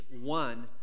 one